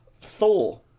Thor